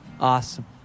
Awesome